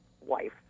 wife